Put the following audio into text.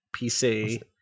PC